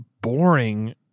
boring